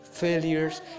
Failures